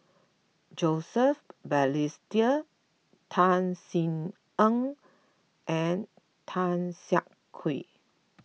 Joseph Balestier Tan Sin Aun and Tan Siah Kwee